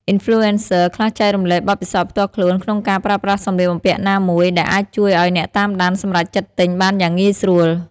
អុីនផ្លូអេនសឹ ខ្លះចែករំលែកបទពិសោធន៍ផ្ទាល់ខ្លួនក្នុងការប្រើប្រាស់សម្លៀកបំពាក់ណាមួយ ដែលអាចជួយឲ្យអ្នកតាមដានសម្រេចចិត្តទិញបានយ៉ាងងាយស្រួល។